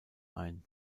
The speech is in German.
ein